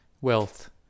wealth